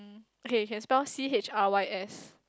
okay can spell C_H_R_Y_S